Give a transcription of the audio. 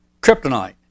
kryptonite